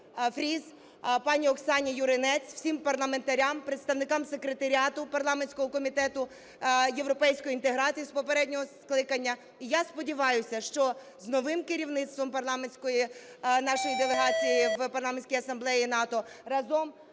Фріз, пані Оксані Юринець, всім парламентарям, представникам секретаріату парламентського Комітету європейської інтеграції з попереднього скликання. І я сподіваюся, що з новим керівництвом парламентської нашої делегації в Парламентській асамблеї НАТО, разом